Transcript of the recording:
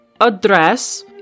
address